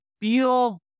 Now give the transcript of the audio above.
feel